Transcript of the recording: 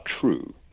true